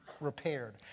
repaired